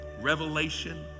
revelation